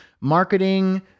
marketing